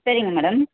சரிங்க மேடம்